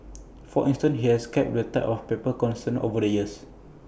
for instance he has kept the type of paper consistent over the years